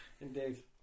Indeed